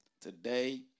today